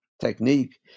technique